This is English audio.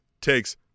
takes